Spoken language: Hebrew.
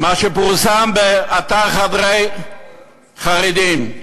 מה שפורסם באתר "חדרי חרדים":